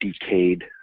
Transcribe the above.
decayed